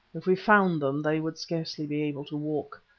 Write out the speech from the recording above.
if we found them they would scarcely be able to walk.